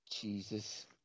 Jesus